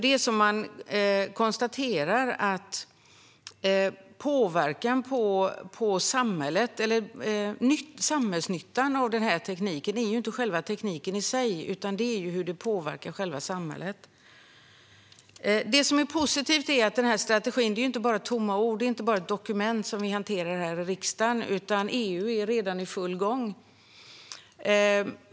Det är nämligen som man konstaterar: Samhällsnyttan av denna teknik är inte själva tekniken i sig utan hur den påverkar samhället. Det som är positivt är att strategin inte bara är tomma ord eller ett dokument som vi hanterar här i riksdagen, utan EU är redan i full gång.